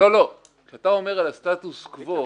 לא, כשאתה אומר על הסטטוס קוו,